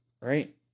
Right